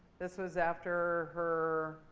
this was after her